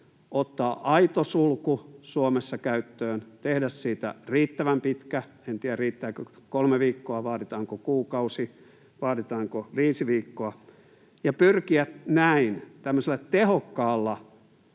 ottaa aito sulku Suomessa käyttöön, tehdä siitä riittävän pitkä — en tiedä, riittääkö kolme viikkoa, vaaditaanko kuukausi, vaaditaanko viisi viikkoa — ja pyrkiä näin tämmöisellä tehokkaalla,